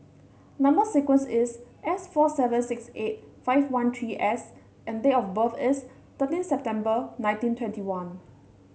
number sequence is S four seven six eight five one three S and date of birth is thirteen September nineteen twenty one